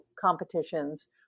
competitions